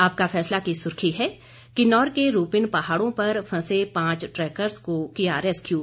आपका फैसला की सुर्खी है किन्नौर के रूपिन पहाड़ों पर फंसे पांच ट्रैकर्स को किया रेस्कयू